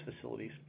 facilities